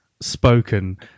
spoken